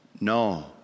no